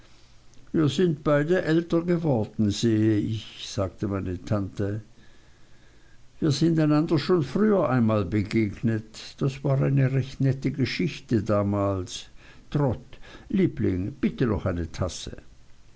wir sind beide älter geworden sehe ich sagte meine tante wir sind einander schon früher einmal begegnet das war eine recht nette geschichte damals trot liebling bitte noch eine tasse